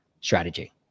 strategy